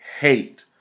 hate